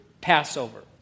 Passover